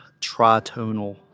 tritonal